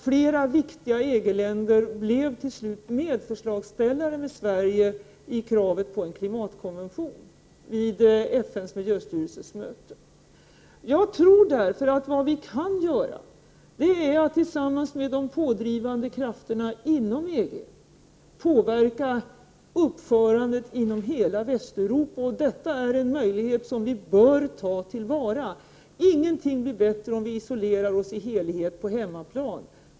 Flera viktiga EG-länder blev till slut medförslagsställare till Sverige i kravet på en klimatkonvention vid FN:s miljöstyrelses möte. Jag tror därför att vad vi kan göra är att tillsammans med de pådrivande krafterna inom EG påverka uppförandet inom hela Västeuropa. Detta är en möjlighet som vi bör ta till vara. Ingenting blir bättre om vi isolerar oss i helighet på hemmaplan.